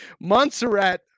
Montserrat